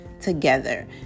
together